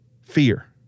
Fear